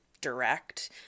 direct